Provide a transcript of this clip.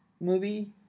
movie